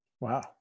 Wow